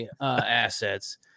assets